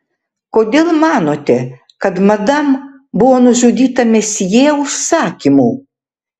kodėl manote kad madam buvo nužudyta mesjė užsakymu